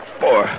four